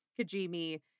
Kajimi